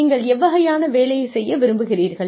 நீங்கள் எவ்வகையான வேலையை செய்ய விரும்புகிறீர்கள்